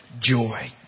joy